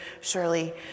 surely